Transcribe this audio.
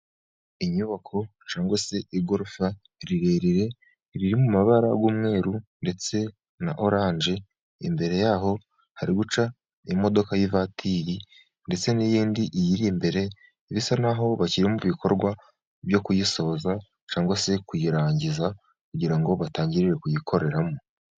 Inyubako cyangwa se igorofa rirerire riri mu mabara y'umweru ndetse na oranje, imbere ya ho hari guca imodoka y'ivatiri ndetse n'iyindi iyiri imbere, bisa n'aho bashyira mu bikorwa ibyo kuyisoza cyangwa se kuyirangiza, kugira ngo batangire kuyikoreramo.